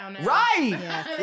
right